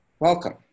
welcome